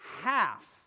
half